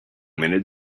minute